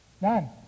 None